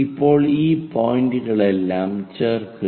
ഇപ്പോൾ ഈ പോയിന്റുകളെല്ലാം ചേർക്കുക